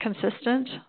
consistent